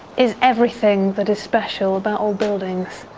is everything that is special about old buildings.